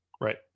Right